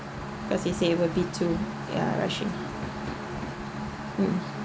because he say will be too yeah rushing mm